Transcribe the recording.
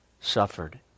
suffered